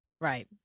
Right